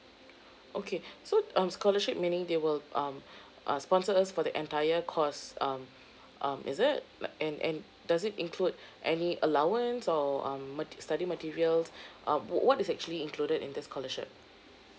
okay so um scholarship meaning they will um uh sponsor us for the entire course um um is it like and and does it include any allowance or um mate~ study materials um what what is actually included in this scholarship